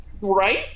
Right